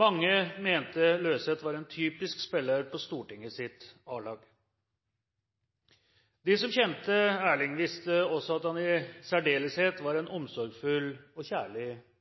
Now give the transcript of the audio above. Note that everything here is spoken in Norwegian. Mange mente Løseth var en typisk spiller på Stortingets «A-lag». De som kjente Erling, visste også at han i særdeleshet var en omsorgsfull og kjærlig